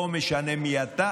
לא משנה מי אתה,